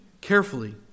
carefully